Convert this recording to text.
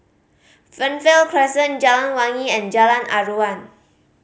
Fernvale Crescent Jalan Wangi and Jalan Aruan